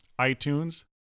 iTunes